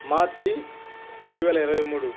మార్చి రెండువేల ఇరవైమూడు